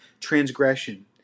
transgression